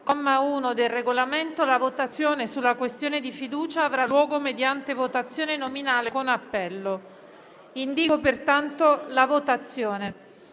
1, del Regolamento, la votazione sulla questione di fiducia avrà luogo mediante votazione nominale con appello. Ciascun senatore